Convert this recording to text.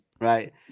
right